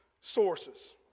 sources